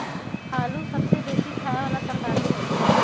आलू सबसे बेशी ख़ाय बला तरकारी हइ